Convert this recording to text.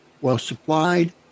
well-supplied